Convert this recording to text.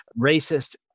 racist